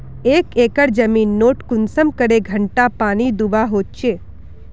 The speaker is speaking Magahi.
एक एकर जमीन नोत कुंसम करे घंटा पानी दुबा होचए?